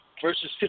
verses